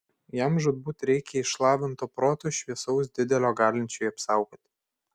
jam žūtbūt reikia išlavinto proto šviesaus didelio galinčio jį apsaugoti